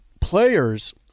players